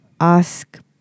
ask